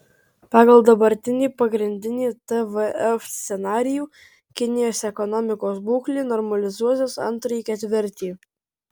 pagal dabartinį pagrindinį tvf scenarijų kinijos ekonomikos būklė normalizuosis antrąjį ketvirtį